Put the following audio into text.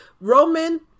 Roman